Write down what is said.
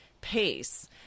pace